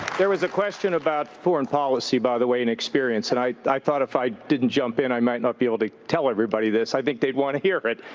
there was a question about foreign policy, by the way, and experience. and i i thought, if i didn't jump in, i might not be able to tell everybody this. i think they'd want to hear it.